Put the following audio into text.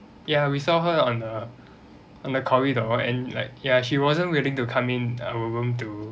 ya we saw her on the on the corridor and like ya she wasn't willing to come in our room to